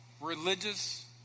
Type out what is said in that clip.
religious